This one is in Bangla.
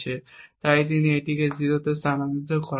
এবং তাই তিনি এটিকে 0 এ স্থানান্তরিত করেন